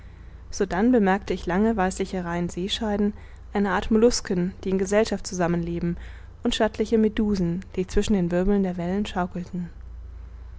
sodann bemerkte ich lange weißliche reihen seescheiden eine art mollusken die in gesellschaft zusammen leben und stattliche medusen die zwischen den wirbeln der wellen schaukelten